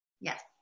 Yes